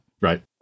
right